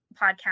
podcast